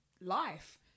life